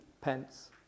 pence